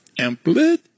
Amplit